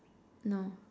no